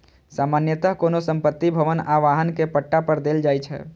सामान्यतः कोनो संपत्ति, भवन आ वाहन कें पट्टा पर देल जाइ छै